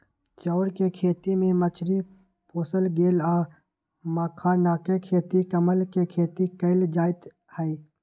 चौर कें खेती में मछरी पोशल गेल आ मखानाके खेती कमल के खेती कएल जाइत हइ